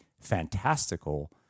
fantastical